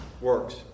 works